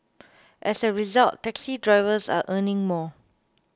as a result taxi drivers are earning more